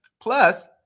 Plus